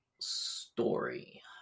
Story